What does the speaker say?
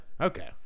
Okay